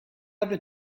other